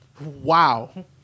Wow